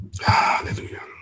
Hallelujah